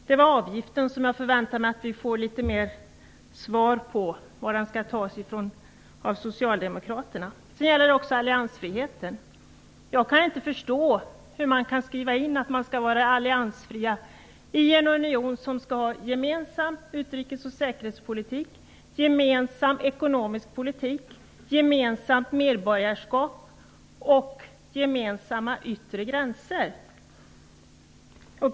Jag förväntar mig att vi från Socialdemokraterna får litet mer svar på varifrån avgiften skall tas. Vad gäller alliansfriheten kan jag inte förstå hur man i avtal kan skriva in att man skall vara alliansfri i en union som skall ha gemensam utrikes och säkerhetspolitik, gemensam ekonomisk politik, gemensamt medborgarskap och gemensamma yttre gränser.